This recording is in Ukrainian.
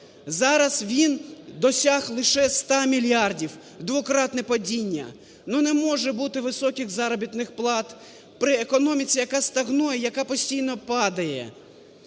Зараз він досяг лише 100 мільярдів – двократне падіння. Ну не може бути високих заробітних плат при економіці, яка стагнує, яка постійно падає.